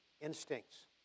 instincts